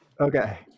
Okay